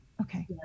Okay